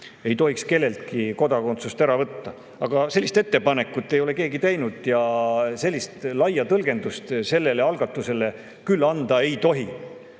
ei tohiks kelleltki kodakondsust ära võtta. Sellist ettepanekut ei ole keegi teinud ja sellist laia tõlgendust sellele algatusele küll anda ei tohi.